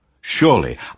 Surely